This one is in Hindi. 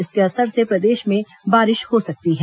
इसके असर से प्रदेश में बारिश हो सकती है